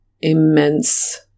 immense